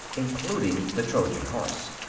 including the trojan horse.